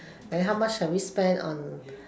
then how much have we spend on